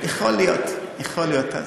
יכול להיות, יכול להיות.